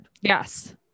yes